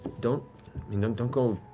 don't you know don't go